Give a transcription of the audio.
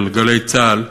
של "גלי צה"ל".